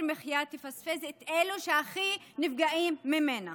המחיה תפספס את אלו שהכי נפגעים ממנו.